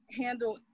handle